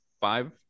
five